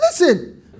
Listen